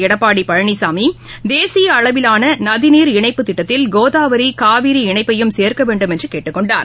எடப்பாடி பழனிசாமி தேசிய அளவிலான நதிநீர் இணைப்பு திட்டத்தில் கோதாவரி காவிரி இணைப்பையும் சேர்க்க வேண்டும் என்று கேட்டுக்கொண்டார்